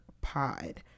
Pod